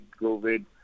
COVID